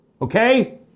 okay